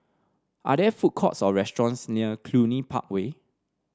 are there food courts or restaurants near Cluny Park Way